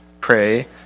pray